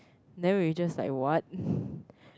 then we just like what